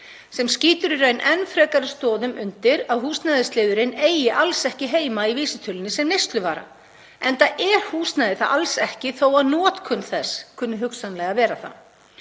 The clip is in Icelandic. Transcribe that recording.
Það skýtur í raun enn frekari stoðum undir að húsnæðisliðurinn eigi alls ekki heima í vísitölunni sem neysluvara, enda er húsnæði það alls ekki þó að notkun þess kunni hugsanlega að vera það.